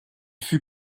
fut